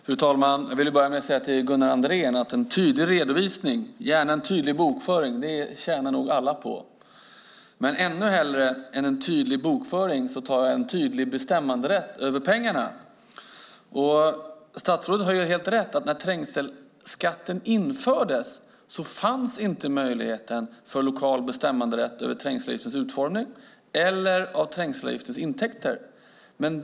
Fru talman! En tydlig redovisning, Gunnar Andrén, och gärna en tydlig bokföring tjänar nog alla på. Ännu hellre än en tydlig bokföring tar jag en tydlig bestämmanderätt över pengarna. Statsrådet har helt rätt att när trängselskatten infördes fanns inte möjligheten till lokal bestämmanderätt över trängselavgiftens utformning eller av trängselavgiftens intäkter.